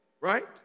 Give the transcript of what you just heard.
right